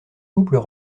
couples